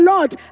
Lord